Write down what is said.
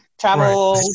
Travel